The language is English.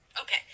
Okay